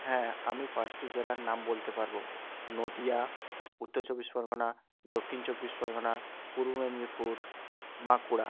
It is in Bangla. হ্যাঁ আমি পাঁচটি জেলার নাম বলতে পারবো নদীয়া উত্তর চব্বিশ পরগনা দক্ষিণ চব্বিশ পরগনা পূর্ব মেদিনীপুর বাঁকুড়া